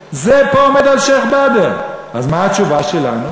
זה, זה פה עומד על שיח'-באדר, אז מה התשובה שלנו?